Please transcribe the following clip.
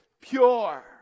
pure